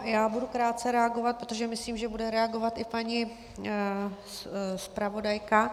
Já budu krátce reagovat, protože myslím, že bude reagovat i paní zpravodajka.